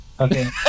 Okay